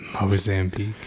Mozambique